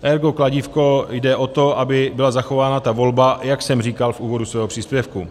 Ergo kladívko jde o to, aby byla zachována ta volba, jak jsem říkal v úvodu svého příspěvku.